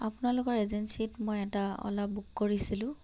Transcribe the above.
আপোনালোকৰ এজেন্সীত মই এটা অ'লা বুক কৰিছিলোঁ